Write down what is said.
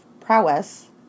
prowess